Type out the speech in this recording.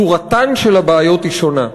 צורתן של הבעיות היא שונה.